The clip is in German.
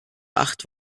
acht